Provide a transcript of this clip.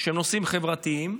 שהם חברתיים.